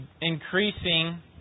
increasing